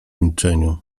milczeniu